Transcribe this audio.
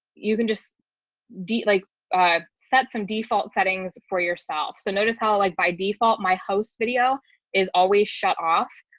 you can just do like a set some default settings for yourself. so notice how like by default, my host video is always shut off.